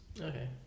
okay